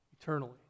eternally